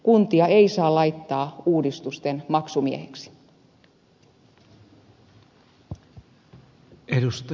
kuntia ei saa laittaa uudistusten maksumiehiksi